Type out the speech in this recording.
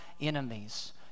enemies